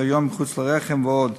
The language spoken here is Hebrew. היריון מחוץ לרחם ועוד,